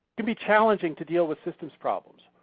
can be challenging to deal with systems problems.